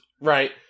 right